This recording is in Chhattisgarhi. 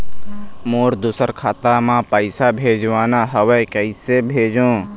मोर दुसर खाता मा पैसा भेजवाना हवे, कइसे भेजों?